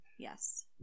yes